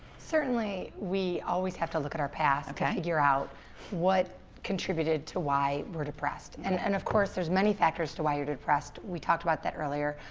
certainly we always have to look at our past to figure out what contributed to why we're depressed, and and of course there's many factors to why you're depressed. we talked about that earlier,